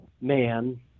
man